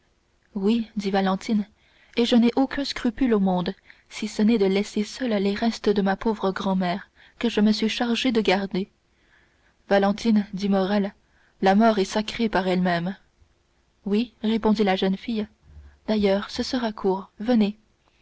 oui dit valentine et je n'ai aucun scrupule au monde si ce n'est de laisser seuls les restes de ma pauvre grand-mère que je me suis chargée de garder valentine dit morrel la mort est sacrée par elle-même oui répondit la jeune fille d'ailleurs ce sera court venez